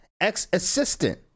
ex-assistant